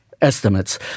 estimates